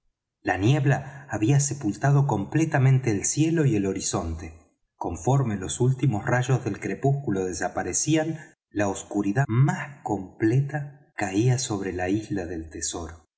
la niebla había sepultado completamente el cielo y el horizonte conforme los últimos rayos del crepúsculo desaparecían la oscuridad más completa caía sobre la isla del tesoro